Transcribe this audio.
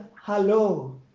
hello